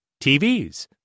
TVs